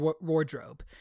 wardrobe